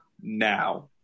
now